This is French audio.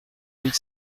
huit